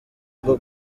bwo